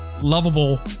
lovable